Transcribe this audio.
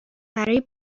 برای